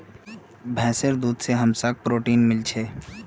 भैंसीर दूध से हमसाक् प्रोटीन मिल छे